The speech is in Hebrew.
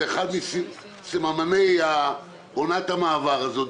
זה אחד מסממני עונת המעבר הזו,